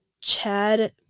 Chad